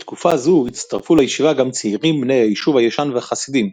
בתקופה זו הצטרפו לישיבה גם צעירים בני היישוב הישן וחסידים,